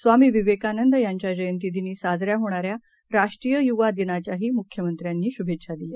स्वामीविवेकानंदयांच्याजयंतीदिनीसाजऱ्याहोणाऱ्याराष्ट्रीययुवादिनाच्याहीमुख्यमंत्र्यांनीशुभेच्छादिल्या